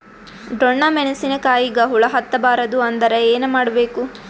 ಡೊಣ್ಣ ಮೆಣಸಿನ ಕಾಯಿಗ ಹುಳ ಹತ್ತ ಬಾರದು ಅಂದರ ಏನ ಮಾಡಬೇಕು?